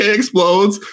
explodes